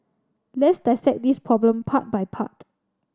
let's dissect this problem part by part